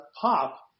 pop